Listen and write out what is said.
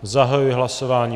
Zahajuji hlasování.